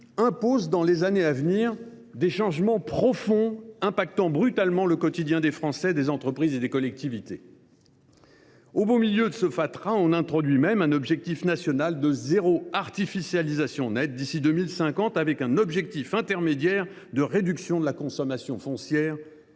impose, pour les années à venir, des changements profonds affectant brutalement le quotidien des Français, des entreprises et des collectivités. Au beau milieu de ce fatras, on a même introduit un objectif national de zéro artificialisation nette d’ici à 2050, avec un objectif intermédiaire de réduction de la consommation foncière